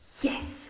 Yes